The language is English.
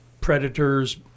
predators